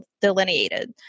delineated